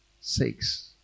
six